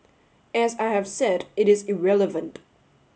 as I have said it is irrelevant